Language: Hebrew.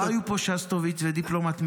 לא היו פה שסטוביץ ודיפלומט מעולם.